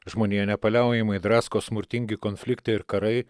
žmoniją nepaliaujamai drasko smurtingi konfliktai ir karai